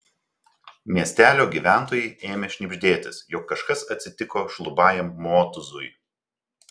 miestelio gyventojai ėmė šnibždėtis jog kažkas atsitiko šlubajam motūzui